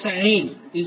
1560 9